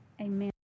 amen